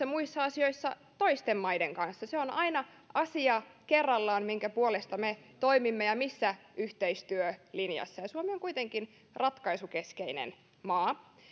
muissa asioissa toisten maiden kanssa se on aina asia kerrallaan minkä puolesta me toimimme ja missä yhteistyölinjassa suomi on kuitenkin ratkaisukeskeinen maa